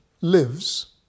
lives